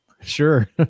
Sure